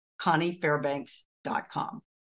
ConnieFairbanks.com